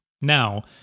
now